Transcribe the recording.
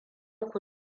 ku